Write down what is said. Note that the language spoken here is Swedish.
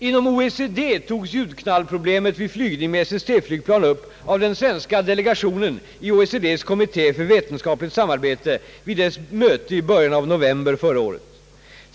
Inom OECD togs ljudknallproblemet vid flygning med SST-flygplan upp av den svenska delegationen i OECD:s kommitté för vetenskapligt samarbete vid dess möte i början av november förra året.